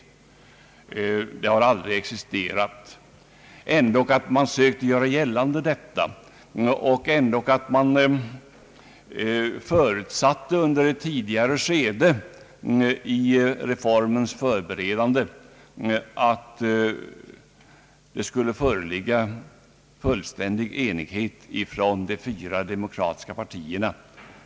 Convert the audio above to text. Det har aldrig existerat någon sådan enighet. Ändå har man sökt göra gällande detta. Det förutsattes nämligen tidigare under reformens förberedande att det skulle föreligga fullständig enighet från de fyra demokratiska partierna.